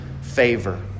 favor